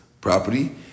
property